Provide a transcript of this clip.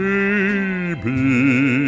Baby